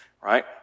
right